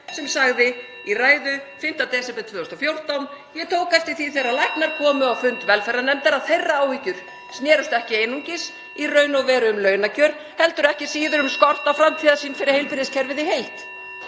sem sagði í ræðu 5. desember 2014: „En ég tók eftir því þegar læknar (Forseti hringir.) komu á fund velferðarnefndar að þeirra áhyggjur snerust ekki einungis í raun og veru um launakjör heldur ekki síður um skort á framtíðarsýn fyrir heilbrigðiskerfið í heild.